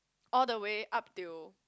all the way up till